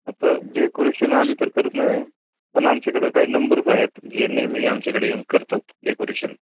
तर डेकोरेशन आम्ही तर करत नाही आहे पण आमच्याकडे काही नंबर्स आहेत जे नेहमी आमच्याकडे येऊन करतात डेकोरेशन